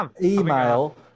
email